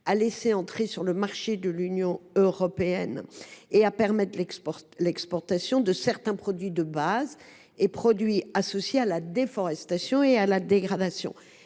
à laisser entrer sur le marché de l’Union européenne et à permettre l’exportation de certains produits de base ou associés à la déforestation et à la dégradation